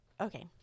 okay